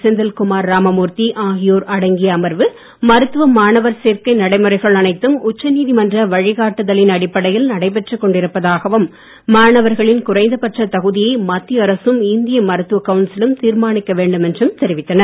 செந்தில்குமார் ராமமூர்த்தி ஆகியோர் அடங்கிய அமர்வு மருத்துவ மாணவர் சேர்க்கை நடைமுறைகள் அனைத்தும் உச்ச நீதிமன்ற வழிகாட்டுதலின் அடிப்படையில் நடைபெற்று கொண்டிருப்பதாகவும் மாணவர்களின் குறைந்தபட்ச தகுதியை மத்திய அரசும் இந்திய மருத்துவ கவுன்சில் தீர்மானிக்க வேண்டும் என்றும் தெரிவித்தனர்